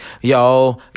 yo